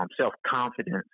self-confidence